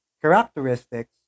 characteristics